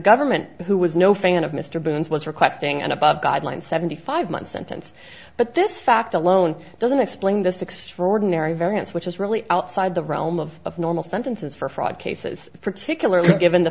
government who was no fan of mr burns was requesting an above guideline seventy five month sentence but this fact alone doesn't explain this extraordinary variance which is really outside the realm of normal sentence for fraud cases particularly given